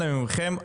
אנא מכם,